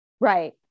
Right